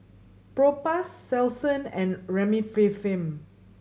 Propass Selsun and Remifemin